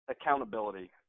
accountability